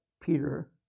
Peter